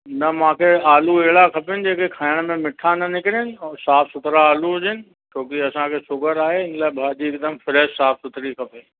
न मूंखे आलू अहिड़ा खपनि जेके खाइण में मिठा न निकिरनि ऐं साफ़ु सुथिरा आलू हुजनि छो की असांखे शुगर आहे इन्ही लाइ भाॼी एकदमि फ़्रैश साफ़ु सुथिरी खपे